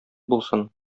булсын